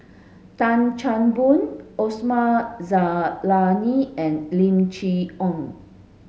Tan Chan Boon Osman Zailani and Lim Chee Onn